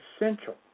essential